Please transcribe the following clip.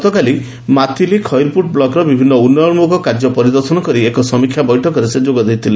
ଗତକାଲି ଗତକାଲି ମାଥିଲି ଖଇରପୁଟ ବ୍ଲକର ବିଭିନ୍ନ ଉନୁୟନମୂଳକ କାର୍ଯ୍ୟ କରିଦର୍ଶନ କରି ଏକ ସମୀକ୍ଷା ବୈଠକରେ ଯୋଗ ଦେଇଥିଲେ